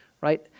right